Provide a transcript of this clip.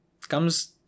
Comes